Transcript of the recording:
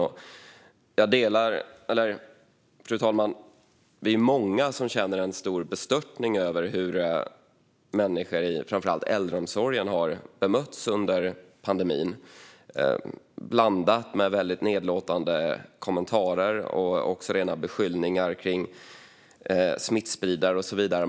Vi är många, fru talman, som känner en stor bestörtning över hur människor i framför allt äldreomsorgen har bemötts under pandemin, med väldigt nedlåtande kommentarer och rena beskyllningar om att vara smittspridare.